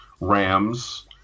rams